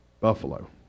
buffalo